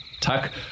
Tuck